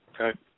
Okay